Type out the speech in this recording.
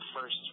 first